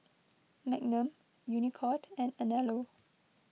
Magnum Unicurd and Anello